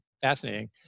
fascinating